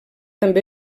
també